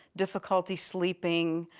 difficulty sleeping,